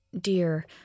dear